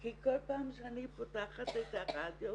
כי כל פעם שאני פותחת את הרדיו,